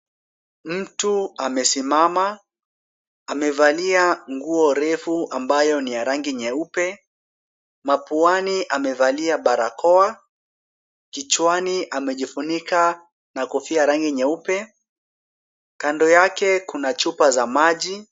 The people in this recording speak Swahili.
Mtu amesimama. Amevalia nguo refu ambayo ni ya rangi nyeupe. Mapuani amevalia barakoa. Kichwani amejifunika na kofia ya rangi nyeupe. Kando yake kuna chupa za maji.